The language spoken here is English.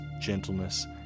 gentleness